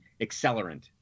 accelerant